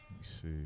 see